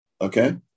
okay